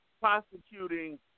prosecuting